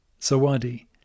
Sawadi